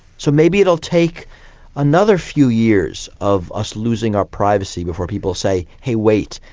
so maybe it will take another few years of us losing our privacy before people say, hey wait,